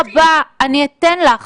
אני אתן לך בשמחה רבה,